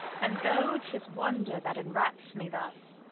and though t is wonder that enwraps me thus,